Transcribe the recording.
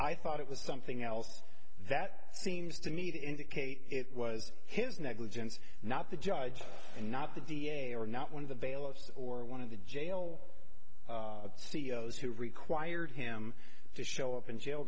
i thought it was something else that seems to me to indicate it was his negligence not the judge and not the da or not one of the bailiffs or one of the jail ceo's who required him to show up in jail